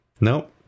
Nope